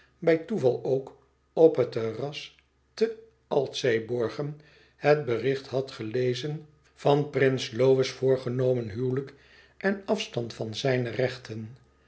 bij toeval ook op het terras te altseeborgen het bericht had gelezen van prins lohe's voorgenomen huwelijk en afstand van zijne rechten